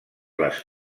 les